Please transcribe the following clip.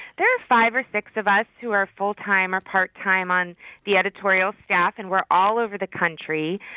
there are five or six of us who are full-time or part-time on the editorial staff, and we're all over the country.